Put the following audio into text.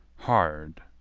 hard,